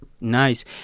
nice